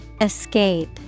Escape